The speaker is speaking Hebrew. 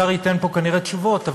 השר ייתן פה כנראה תשובות,